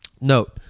Note